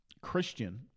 Christian